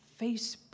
Facebook